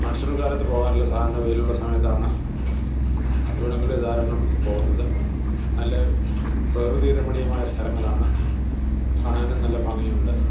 monsoon കാലത്ത് പോവാറില്ല സാധാരണ വെയിലുള്ള സമയത്താണ് ഇവിടങ്ങളിൽ ധാരാളം പോകുന്നത് നല്ല പ്രകൃതി രമണീയമായ സ്ഥലങ്ങളാണ് കാണാനും നല്ല ഭംഗിയുണ്ട്